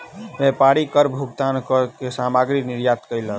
व्यापारी कर भुगतान कअ के सामग्री निर्यात कयलक